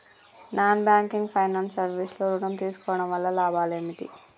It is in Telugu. నాన్ బ్యాంకింగ్ ఫైనాన్స్ సర్వీస్ లో ఋణం తీసుకోవడం వల్ల లాభాలు ఏమిటి?